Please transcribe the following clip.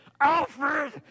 Alfred